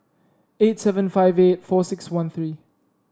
eight seven five eight four six one three